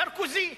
סרקוזי.